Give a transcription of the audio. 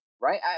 right